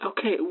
Okay